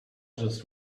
just